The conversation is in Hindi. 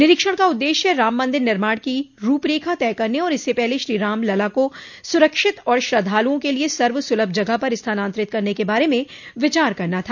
निरीक्षण का उददेश्य राम मंदिर निर्माण की रूप रेखा तय करने और इससे पहले श्रीराम लला को सुरक्षित और श्रद्धालुओं के लिये सर्व सुलभ जगह पर स्थानान्तरित करने के बारे में विचार करना था